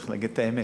צריך להגיד את האמת.